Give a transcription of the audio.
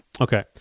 Okay